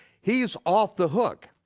he's off the hook,